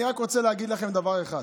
אני רק רוצה להגיד לכם דבר אחד: